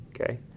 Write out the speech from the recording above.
okay